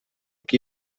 qui